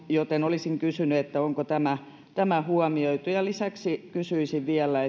joten olisin kysynyt onko tämä tämä huomioitu lisäksi kysyisin vielä